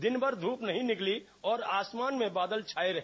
दिन भर धूप नहीं निकली और आसमान में बादल छाये रहे